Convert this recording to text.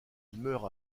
meurt